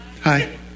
hi